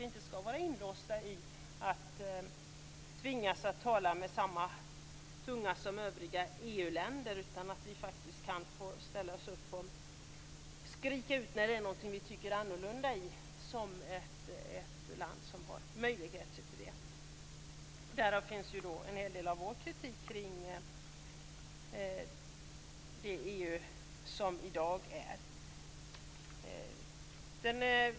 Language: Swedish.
Vi skall inte vara tvungna att tala med samma tunga som övriga EU-länder. När vårt land tycker annorlunda skall det också ha möjlighet att skrika ut detta. På denna punkt ligger en hel del av vår kritik mot det EU som i dag finns.